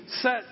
set